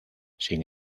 sin